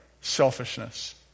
selfishness